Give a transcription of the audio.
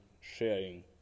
sharing